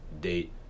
date